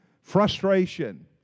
frustration